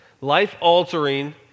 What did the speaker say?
life-altering